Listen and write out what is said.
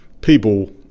People